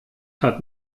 hat